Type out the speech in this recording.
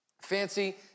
Fancy